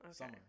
Okay